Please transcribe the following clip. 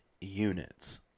units